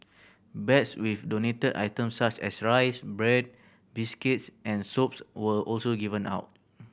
bags with donated items such as rice bread biscuits and soaps were also given out